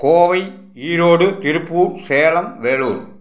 Kovai Erode Tiruppur Salem Vellore